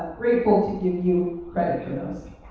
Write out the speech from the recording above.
grateful to give you credit for those.